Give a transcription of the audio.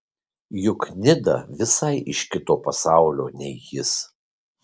juk nida visai iš kito pasaulio nei jis